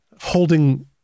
holding